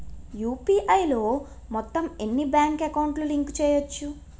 UPI లో మొత్తం ఎన్ని బ్యాంక్ అకౌంట్ లు లింక్ చేయచ్చు?